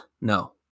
No